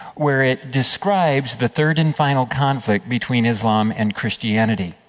where it describes the third and final conflict between islam and christianity.